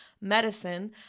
medicine